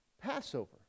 Passover